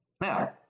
Now